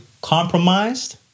compromised